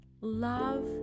Love